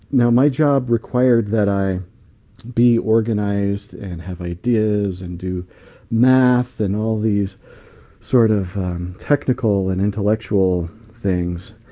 my um my job required that i be organized and have ideas and do math and all these sort of technical and intellectual things.